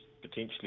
potentially